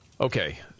Okay